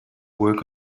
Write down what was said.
work